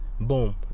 Boom